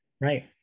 Right